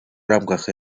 рамках